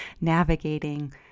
navigating